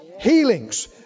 healings